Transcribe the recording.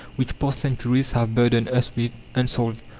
which past centuries have burdened us with, unsolved.